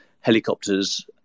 helicopters